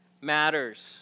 matters